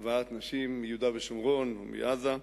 עם נשים מיהודה ומשומרון או מעזה.